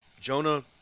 Jonah